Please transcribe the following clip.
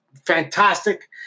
fantastic